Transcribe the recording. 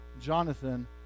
Jonathan